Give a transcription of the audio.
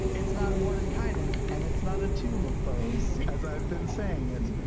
it's not mordenkainen's, and it's not a tomb of foes, as i've been saying it.